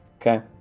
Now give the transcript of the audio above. Okay